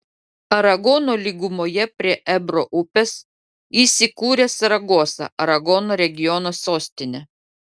aragono lygumoje prie ebro upės įsikūrė saragosa aragono regiono sostinė